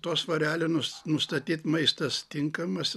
tuo svareliu nus nustatyt maistas tinkamas